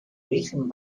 origen